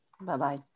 Bye-bye